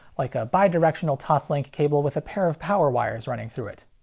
like a bidirectional toslink cable with a pair of power wires running through it.